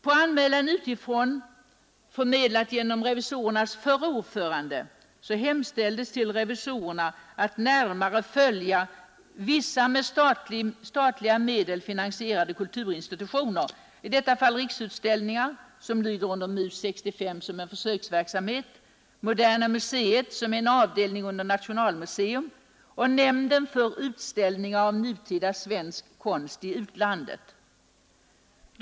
På anmälan utifrån, förmedlade genom revisorernas förre ordförande, hemställdes till revisorerna att närmare följa vissa med statliga medel finansierade kulturinstitutioner. Det gällde här Riksutställningar, som lyder under MUS 65 som en försöksverksamhet, Moderna museet som är en avdelning under Nationalmuseum och nämnden för utställningar av nutida svensk konst i utlandet.